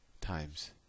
times